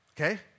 okay